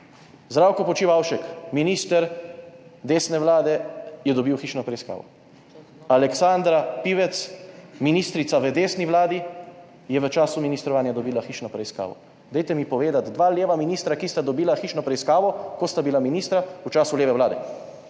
Zdravko Počivalšek, minister desne vlade, je dobil hišno preiskavo. Aleksandra Pivec, ministrica v desni vladi je v času ministrovanja dobila hišno preiskavo. Dajte, mi povedati, dva leva ministra, ki sta dobila hišno preiskavo, ko sta bila ministra v času leve Vlade.